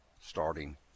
starting